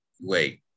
wait